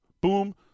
Boom